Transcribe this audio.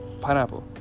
pineapple